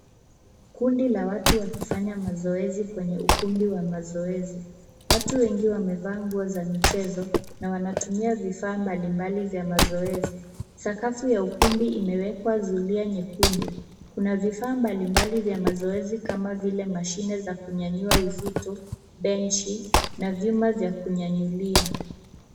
Kundi la watu wakifanya mazoezi kwenye ukumbi wa mazoezi. Watu wengi wamevaa nguo za michezo na wanatumia vifaa mbalimbali vya mazoezi. Sakafu ya ukumbi imewekwa zulia nyekundu. Kuna vifaa mbalimbali za mazoezi kama vile mashine za kunyanyua uzito, bench na vyuma vya kunyanyulia.